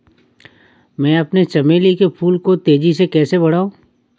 मैं अपने चमेली के फूल को तेजी से कैसे बढाऊं?